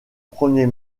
premier